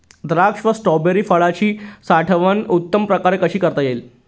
द्राक्ष व स्ट्रॉबेरी फळाची साठवण उत्तम प्रकारे कशी करता येईल?